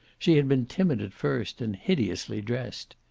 she had been timid at first, and hideously dressed.